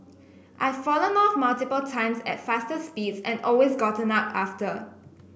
I've fallen off multiple times at faster speeds and always gotten up after